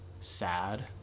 sad